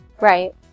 right